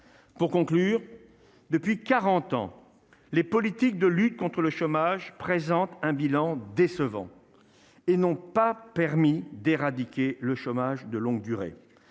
pour conclure depuis 40 ans, les politiques de lutte contre le chômage, présente un bilan décevant et n'ont pas permis d'éradiquer le chômage de longue durée